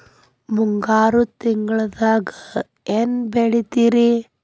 ಮುಂಗಾರು ತಿಂಗಳದಾಗ ಏನ್ ಬೆಳಿತಿರಿ?